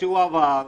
כשהוא עבר,